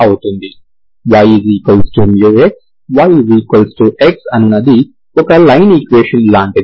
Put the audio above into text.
Y μx y x అనునది ఒక line equation లాంటిది